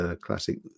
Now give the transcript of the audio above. classic